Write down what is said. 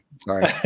sorry